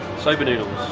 soba noodles,